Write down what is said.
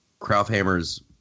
Krauthammer's